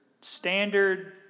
standard